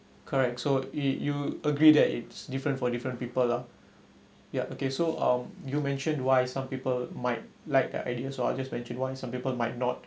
correct so it you agree that it's different for different people lah yup okay so um you mentioned why some people might like the ideas or I just went through why some people might not